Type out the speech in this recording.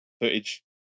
footage